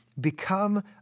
Become